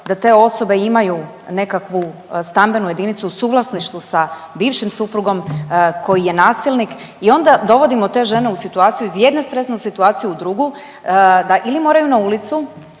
da te osobe imaju nekakvu stambenu jedinicu u suvlasništvu sa bivšim suprugom koji je nasilnik i onda dovodimo te žene u situaciju iz jedne stresne situacije u drugu da ili moraju na ulicu